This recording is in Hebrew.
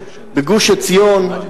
בגוש-עציון,